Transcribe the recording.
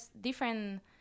different